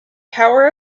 power